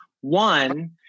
One